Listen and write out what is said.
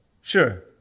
Sure